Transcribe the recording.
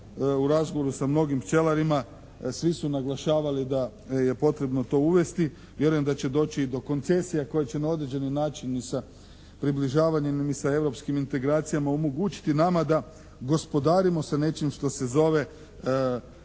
U razgovoru sa mnogim pčelarima, svi su naglašavali da je potrebno to uvesti. Vjerujem da će doći i do koncesija koje će na određeni način i sa približavanjem i sa europskim integracijama omogućiti nama da gospodarimo sa nečim što se zove